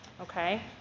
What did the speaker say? Okay